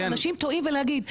אנשים טועים בלהגיד,